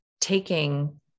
taking